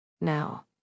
Now